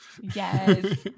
Yes